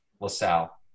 LaSalle